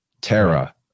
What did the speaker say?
Terra